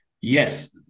yes